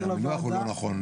המינוח לא נכון.